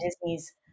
Disney's